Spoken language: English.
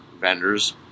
vendors